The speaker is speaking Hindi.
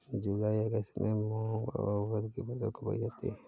जूलाई अगस्त में मूंग और उर्द की फसल बोई जाती है